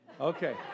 Okay